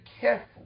careful